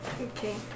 Okay